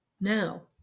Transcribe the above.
Now